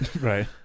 Right